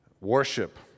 worship